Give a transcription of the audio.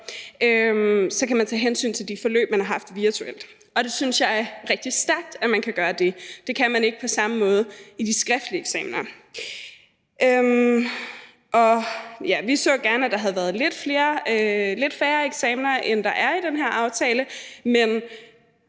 Man kan tage hensyn til de forløb, man har haft virtuelt, og det synes jeg er rigtig stærkt at man kan gøre. Det kan man ikke på samme måde i de skriftlige eksamener. Vi så gerne, at der havde været lidt færre eksamener, end der er i den her aftale, men